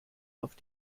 auf